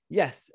yes